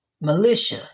militia